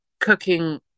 cooking